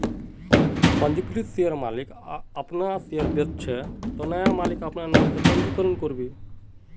पंजीकृत शेयरर मालिक अपना शेयर बेचोह ते नया मालिक अपना नाम से पंजीकरण करबे